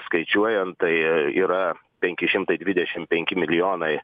skaičiuojant tai yra penki šimtai dvidešimt penki milijonai